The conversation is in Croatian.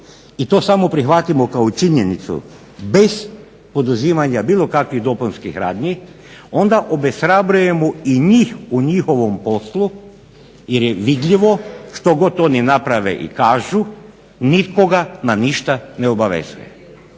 i to samo prihvatimo kao činjenicu bez poduzimanja bilo kakvih dopunskih radnji, onda obeshrabrujemo i njih u njihovom poslu jer je vidljivo što god oni naprave i kažu nikoga na ništa ne obavezuje.